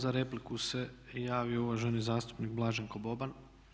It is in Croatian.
Za repliku se javio uvaženi zastupnik Blaženko Boban.